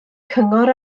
cyngor